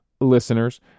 listeners